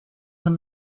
from